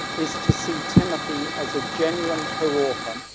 is to see timothy as a genuine co-author,